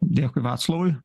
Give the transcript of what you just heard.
dėkui vaclovui